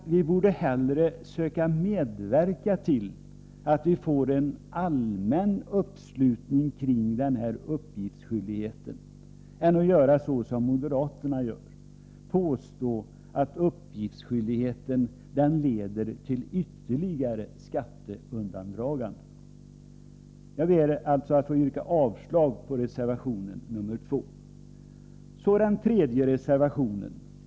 Vi borde hellre medverka till att vi får en allmän uppslutning kring uppgiftsskyldigheten än att göra som moderaterna, påstå att uppgiftsskyldigheten leder till ytterligare skatteundandraganden. Jag ber alltså att få yrka avslag på reservation nr 2. Så till reservation 3.